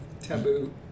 Taboo